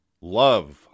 love